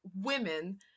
women